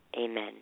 Amen